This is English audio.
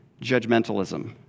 judgmentalism